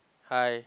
hi